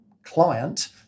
Client